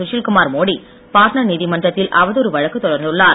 சுஷில்குமார் மோடி பாட்னா நீதிமன்றத்தில் அவதாறு வழக்கு தொடர்ந்துள்ளார்